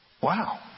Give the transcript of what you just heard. Wow